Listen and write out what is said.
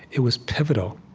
it was pivotal